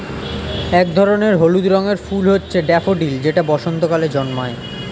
এক ধরনের হলুদ রঙের ফুল হচ্ছে ড্যাফোডিল যেটা বসন্তকালে জন্মায়